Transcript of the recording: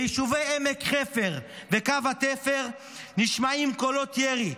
ביישובי עמק חפר וקו התפר נשמעים קולות ירי.